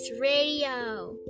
Radio